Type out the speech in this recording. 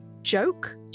Joke